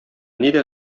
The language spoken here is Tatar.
нидә